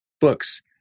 book's